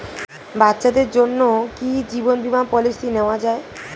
বাচ্চাদের জন্য কি জীবন বীমা পলিসি নেওয়া যায়?